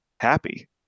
happy